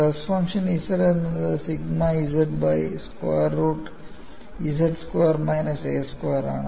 stress function Z എന്നത് sigma z by square root Z square minus a സ്ക്വയറാണ്